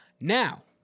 Now